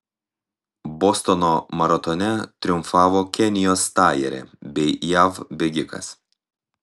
bostono maratone triumfavo kenijos stajerė bei jav bėgikas